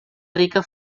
rica